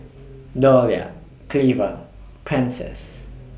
Dollye Cleva Prentice